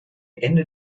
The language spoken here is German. ende